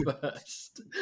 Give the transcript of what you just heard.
first